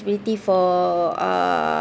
~bility for uh